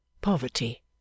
Poverty